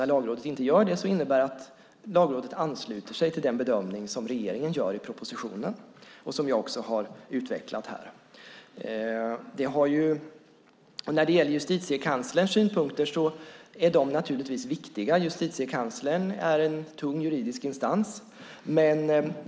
När Lagrådet inte gör det innebär det att Lagrådet ansluter sig till den bedömning som regeringen gör i propositionen och som jag har utvecklat här. Justitiekanslerns synpunkter är naturligtvis viktiga. Justitiekanslern är en tung juridisk instans.